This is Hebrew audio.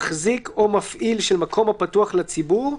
מחזיק או מפעיל של מקום הפתוח לציבור,